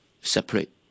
separate